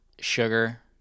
sugar